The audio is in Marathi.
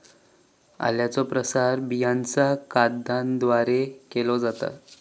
आल्याचो प्रसार बियांच्या कंदाद्वारे केलो जाता